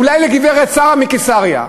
אולי לגברת שרה מקיסריה,